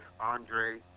Andre